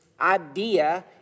idea